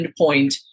endpoint